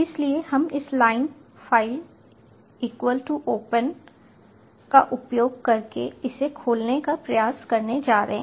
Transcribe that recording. इसलिए हम इस line file equal to open 'datatxt' 'r' का उपयोग करके इसे खोलने का प्रयास करने जा रहे हैं